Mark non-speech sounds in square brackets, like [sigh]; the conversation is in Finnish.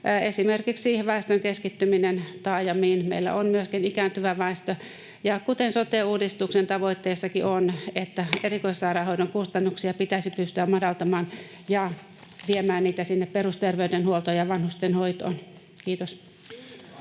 Esimerkiksi väestön keskittyminen taajamiin, ja meillä on myöskin ikääntyvä väestö. Ja kuten sote-uudistuksen tavoitteissakin on, [noise] erikoissairaanhoidon kustannuksia pitäisi pystyä madaltamaan ja viemään niitä sinne perusterveydenhuoltoon ja vanhustenhoitoon. — Kiitos.